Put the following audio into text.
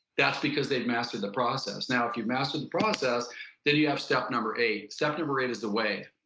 that's because they've mastered the process now if you master the process then you have step number eight. step number eight is the wave.